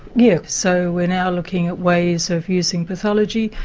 yes, so we are now looking at ways of using pathology,